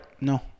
No